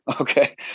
Okay